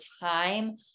time